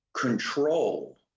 control